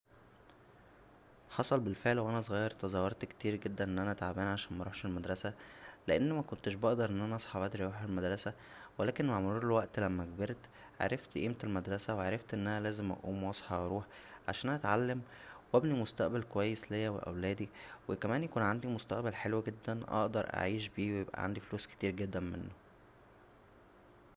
حصل بالفعل وانا صغير تظاهرت كتير جدا ان انا تعبان عشان مروحش المدرسه لان مكنتش بقدر ان انا اصحى بدرى واروح المدرسه ولكن مع مرور الوقت لما كبرت عرفت قيمة المدرسة و عرفت اننا لازم اقوم واصحى واروح عشان اتعلم و ابنى مستقبل كويس ليا ول اولادى و كمان يكون عندى مستقبل حلو جدا اقدر اعيش بيه و يبقى عندى فلوس كتير جدا منه